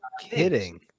kidding